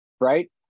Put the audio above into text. right